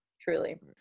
truly